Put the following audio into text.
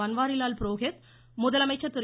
பன்வாரிலால் புரோஹித் முதலமைச்சர் திரு